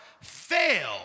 fail